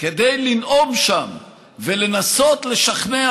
כדי לנאום שם ולנסות לשכנע